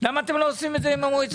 למה אינכם עושים זאת עם